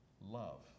love